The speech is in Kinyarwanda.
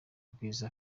ubwiza